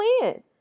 win